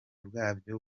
bwabyo